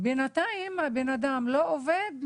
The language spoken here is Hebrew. בינתיים הבן אדם לא עובד,